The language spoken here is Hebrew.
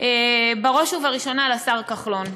בראש וראשונה לשר כחלון,